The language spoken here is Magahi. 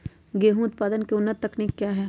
गेंहू उत्पादन की उन्नत तकनीक क्या है?